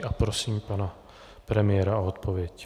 A prosím pana premiéra o odpověď.